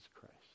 Christ